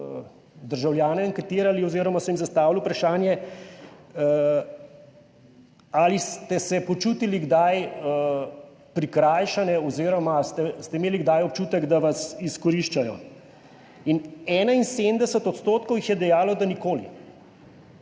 državljane anketirali oziroma so jim zastavili vprašanje ali ste se počutili kdaj prikrajšane oziroma ste imeli kdaj občutek, da vas izkoriščajo in 71 % jih je dejalo, da nikoli,